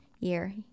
year